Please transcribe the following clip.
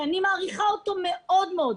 שאני מעריכה אותו מאוד-מאוד,